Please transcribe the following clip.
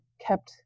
kept